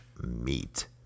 Meat